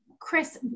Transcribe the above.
Chris